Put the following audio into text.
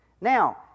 Now